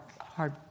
hard